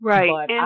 Right